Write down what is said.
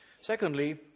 Secondly